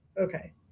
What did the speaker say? Okay